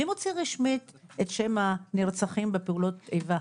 מי מוציא רשמית את שם הנרצחים בפעולות איבה?